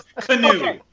Canoe